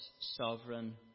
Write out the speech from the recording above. sovereign